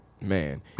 man